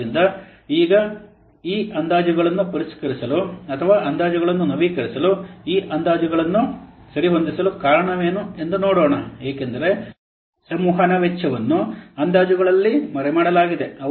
ಆದ್ದರಿಂದ ಈಗ ಅಂದಾಜುಗಳನ್ನು ಪರಿಷ್ಕರಿಸಲು ಅಥವಾ ಅಂದಾಜುಗಳನ್ನು ನವೀಕರಿಸಲು ಈ ಅಂದಾಜುಗಳನ್ನು ಸರಿಹೊಂದಿಸಲು ಕಾರಣವೇನು ಎಂದು ನೋಡೋಣ ಏಕೆಂದರೆ ಸಂವಹನ ವೆಚ್ಚವನ್ನು ಅಂದಾಜುಗಳಲ್ಲಿ ಮರೆಮಾಡಲಾಗಿದೆ